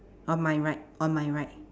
on my right on my right